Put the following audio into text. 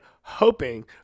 hoping